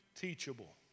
teachable